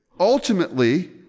Ultimately